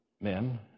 men